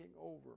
over